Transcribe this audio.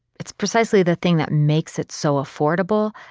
it's precisely the thing that makes it so affordable,